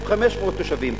1,500 תושבים,